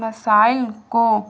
مسائل کو